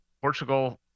Portugal